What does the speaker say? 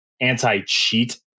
anti-cheat